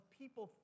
people